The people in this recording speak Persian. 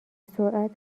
سرعت